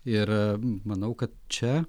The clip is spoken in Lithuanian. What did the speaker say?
ir manau kad čia